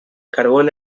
carbón